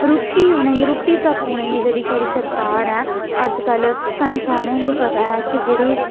रुट्टी उ'नेंगी रुट्टी तक उ'नेंगी जेह्ड़ी साढ़ी सरकार ऐ अज्जकल सानूं सारें गी पता ऐ कि जेह्ड़ी